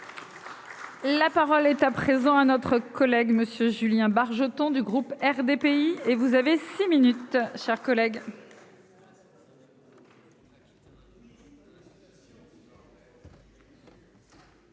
La parole est à présent à notre collègue monsieur Julien Bargeton du groupe RDPI et vous avez six minutes, chers collègues.